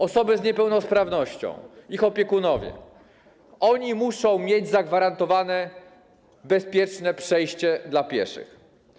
Osoby z niepełnosprawnością, ich opiekunowie muszą mieć zagwarantowane bezpieczne przejście dla pieszych.